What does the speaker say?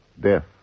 death